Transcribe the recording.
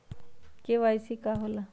KYC का होला?